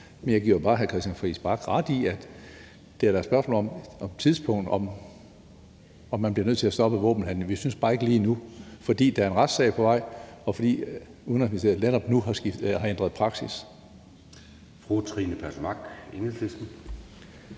ret i, at det da er et spørgsmål om tidspunktet, hvis man bliver nødt til at stoppe våbenhandelen. Vi synes bare ikke, det er lige nu, fordi der er en retssag på vej, og fordi Udenrigsministeriet netop nu har ændret praksis.